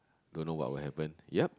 don't know what will happen yep